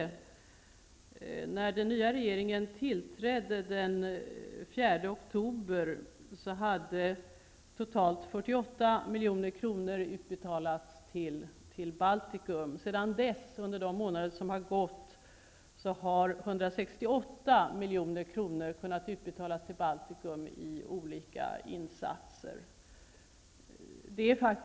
Under de månader som gått sedan dess har 168 milj.kr. kunnat utbetalas till Baltikum i olika insatser.